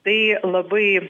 tai labai